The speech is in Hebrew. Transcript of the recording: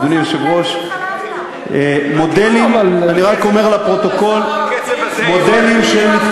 אדוני היושב-ראש, לא שמנו לב שהתחלפת, מודה לי על,